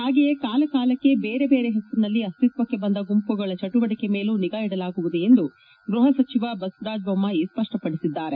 ಹಾಗೆಯೇ ಕಾಲಕಾಲಕ್ಕೆ ಬೇರೆ ಬೇರೆ ಹೆಸರಿನಲ್ಲಿ ಅಕ್ಷಿತ್ವಕ್ಕೆ ಬಂದ ಗುಂಪುಗಳ ಚಟುವಟಿಕೆ ಮೇಲೂ ನಿಗಾ ಇಡಲಾಗುವುದು ಎಂದು ಗೃಹ ಸಚಿವ ಬಸವರಾಜ್ ಬೊಮ್ಥಾಯ ಸ್ಪಪ್ವಪಡಿಸಿದ್ದಾರೆ